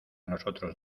nosotros